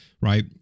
right